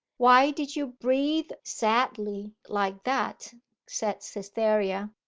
why did you breathe sadly like that said cytherea.